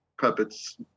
puppets